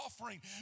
offering